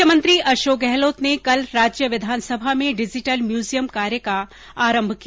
मुख्यमंत्री अशोक गहलोत ने कल राज्य विधानसभा में डिजिटल म्यूजियम कार्य का शुभारम्भ किया